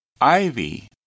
Ivy